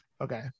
Okay